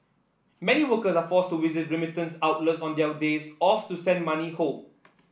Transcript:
many workers are forced to visit remittance outlets on their days off to send money home